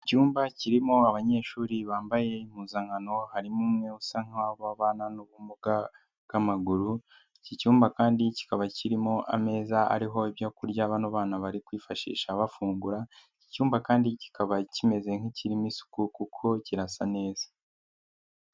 Icyumba kirimo abanyeshuri bambaye impuzankano, harimo umwe usa nk'aho abana n'ubumuga bwamaguru, iki cyumba kandi kikaba kirimo ameza ariho ibyo kurya bano bana bari kwifashisha bafungura, icyumba kandi kikaba kimeze nk'ikirimo isuku kuko kirasa neza.